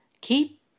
Keep